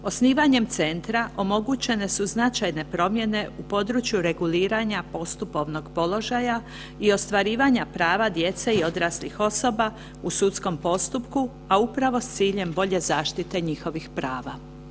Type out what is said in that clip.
Osnivanjem Centra omogućene su značajne promjene u području reguliranja postupovnog položaja i ostvarivanja prava djece i odraslih osoba u sudskom postupku, a upravo s ciljem bolje zaštite njihovih prava.